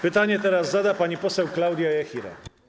Pytanie teraz zada pani poseł Klaudia Jachira.